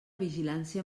vigilància